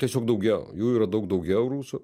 tiesiog daugiau jų yra daug daugiau rusų